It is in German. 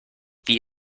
wie